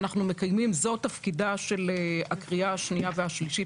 זה תפקידה של ההכנה לקריאה השנייה והשלישית,